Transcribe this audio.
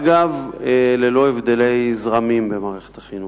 אגב, ללא הבדלי זרמים במערכת החינוך.